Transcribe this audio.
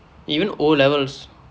even O levels